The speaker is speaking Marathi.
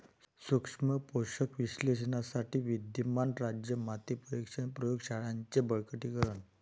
सूक्ष्म पोषक विश्लेषणासाठी विद्यमान राज्य माती परीक्षण प्रयोग शाळांचे बळकटीकरण